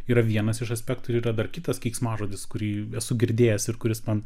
yra vienas iš aspektų ir yra dar kitas keiksmažodis kurį esu girdėjęs ir kuris man